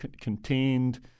contained